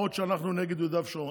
להראות שאנחנו נגד יהודה ושומרון.